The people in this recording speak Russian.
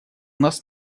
нас